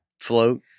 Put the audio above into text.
Float